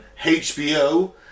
HBO